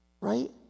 Right